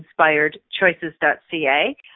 inspiredchoices.ca